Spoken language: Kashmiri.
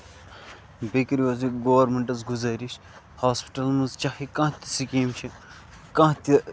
بیٚیہِ کٔرِو حظ یہِ گورمینٹَس گُزٲرِش ہوسپِٹلَن منٛز چاہے کانہہ تہِ سِکیٖم چھِ کانہہ تہِ